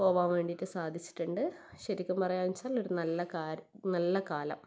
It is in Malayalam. പോവാൻ വേണ്ടിയിട്ട് സാധിച്ചിട്ടുണ്ട് ശരിക്കും പറയുക വെച്ചാൽ ഒരു നല്ല കാ നല്ല കാലം